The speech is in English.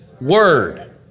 word